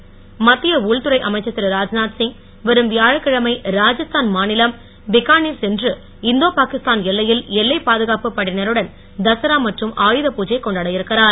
ராத்நாத் மத்திய உள்துறை அமைச்சர் திரு ராஜ்நாத் சிங் வரும் வியாழக்கிழமை ராஜஸ்தான் மாநிலம் பிக்கானீர் சென்று இந்தோ பாகிஸ்தான் எல்லையில் எல்லைப் பாதுகாப்பு படையினருடன் தசரா மற்றும் ஆயுதபுஜை கொண்டாட இருக்கிறார்